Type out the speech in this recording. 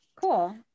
Cool